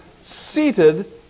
seated